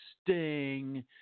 Sting